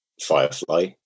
Firefly